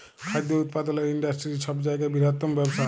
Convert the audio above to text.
খাদ্য উৎপাদলের ইন্ডাস্টিরি ছব জায়গার বিরহত্তম ব্যবসা